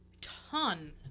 ton